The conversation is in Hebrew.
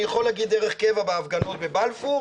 אני יכול להגיד דרך קבע בהפגנות בבלפור,